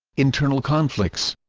internal conflicts